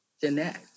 Jeanette